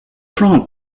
proud